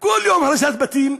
כל יום הריסת בתים,